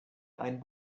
einen